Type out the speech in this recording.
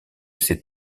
ces